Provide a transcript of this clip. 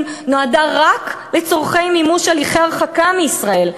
נועדה רק לצורכי מימוש הליכי הרחקה מישראל,